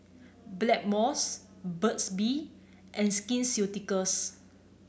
Blackmores Burt's Bee and Skin Ceuticals